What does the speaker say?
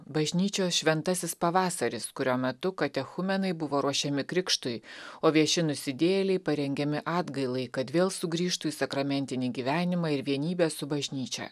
bažnyčios šventasis pavasaris kurio metu katechumenai buvo ruošiami krikštui o vieši nusidėjėliai parengiami atgailai kad vėl sugrįžtų į sakramentinį gyvenimą ir vienybę su bažnyčia